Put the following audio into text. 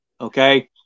okay